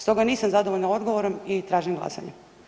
Stoga nisam zadovoljna odgovorom i tražim glasanje.